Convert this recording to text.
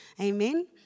Amen